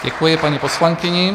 Děkuji paní poslankyni.